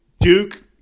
Duke